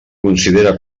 considera